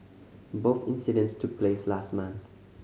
both incidents took place last month